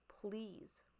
please